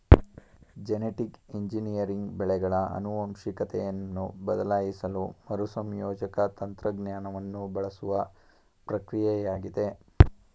genetic engineering ಬೆಳೆಗಳ ಆನುವಂಶಿಕತೆಯನ್ನು ಬದಲಾಯಿಸಲು ಮರುಸಂಯೋಜಕ ತಂತ್ರಜ್ಞಾನವನ್ನು ಬಳಸುವ ಪ್ರಕ್ರಿಯೆಯಾಗಿದೆ